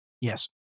Yes